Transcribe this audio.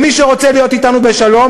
ומי שרוצה להיות אתנו בשלום,